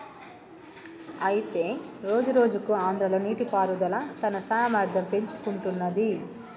అయితే రోజురోజుకు ఆంధ్రాలో నీటిపారుదల తన సామర్థ్యం పెంచుకుంటున్నది